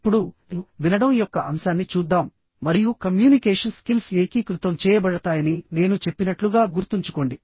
ఇప్పుడు వినడం యొక్క అంశాన్ని చూద్దాం మరియు కమ్యూనికేషన్ స్కిల్స్ ఏకీకృతం చేయబడతాయని నేను చెప్పినట్లుగా గుర్తుంచుకోండి